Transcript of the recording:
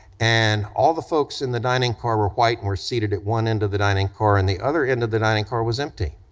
and all the folks in the dining car were white and were seated at one end of the dining car and the other end of the dining car was empty,